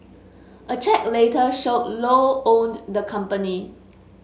a check later showed Low owned the company